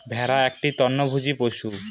ভেড়া একটি তৃণভোজী পশু